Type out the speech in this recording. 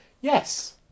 Yes